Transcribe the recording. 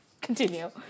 Continue